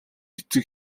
эцэг